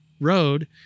Road